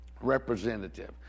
representative